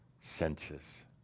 senses